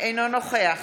אינו נוכח